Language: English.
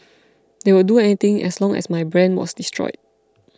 they would do anything as long as my brand was destroyed